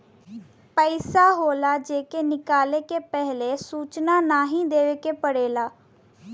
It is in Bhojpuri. पइसा होला जे के निकाले से पहिले सूचना नाही देवे के पड़ेला